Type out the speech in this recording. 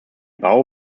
bau